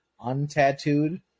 untattooed